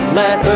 let